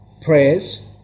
prayers